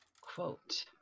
quote